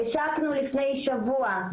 השקנו לפני שבוע,